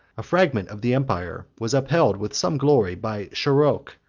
a fragment of the empire was upheld with some glory by sharokh,